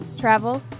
travel